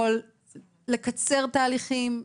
יכול לקצר תהליכים.